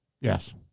Yes